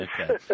Okay